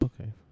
Okay